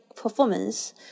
performance